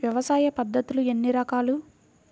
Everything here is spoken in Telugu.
వ్యవసాయ పద్ధతులు ఎన్ని రకాలు?